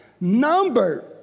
number